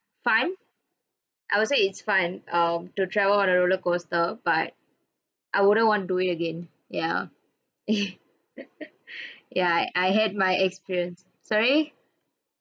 fine I would say it's fine um to travel on a roller coaster but I wouldn't want to do it again ya ya I had my experience sorry